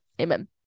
Amen